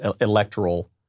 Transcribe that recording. electoral